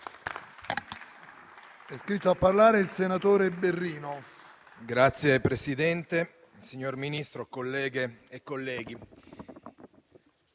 Signor Presidente, signor Ministro, colleghe e colleghi,